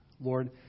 Lord